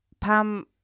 Pam